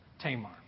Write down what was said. Tamar